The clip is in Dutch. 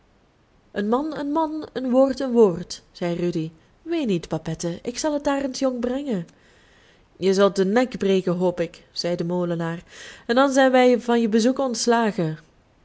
een man een man een woord een woord zei rudy ween niet babette ik zal het arendsjong brengen je zult den nek breken hoop ik zei de molenaar en dan zijn wij van je bezoeken ontslagen